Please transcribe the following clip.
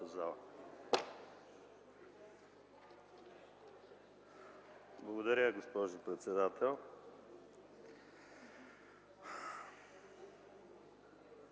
Благодаря, госпожо председател.